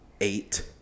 eight